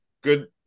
Good